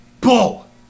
Bull